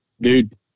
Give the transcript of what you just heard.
dude